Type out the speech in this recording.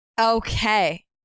Okay